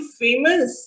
famous